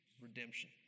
redemption